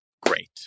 great